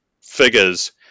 figures